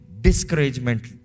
discouragement